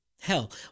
Hell